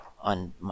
on